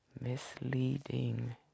Misleading